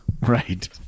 Right